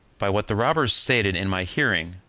by what the robbers stated in my hearing,